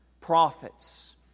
prophets